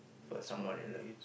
for someone you love